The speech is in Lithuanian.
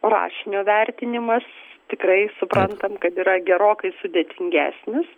rašinio vertinimas tikrai suprantam kad yra gerokai sudėtingesnis